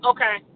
Okay